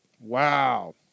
Wow